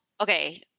okay